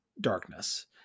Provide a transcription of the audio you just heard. darkness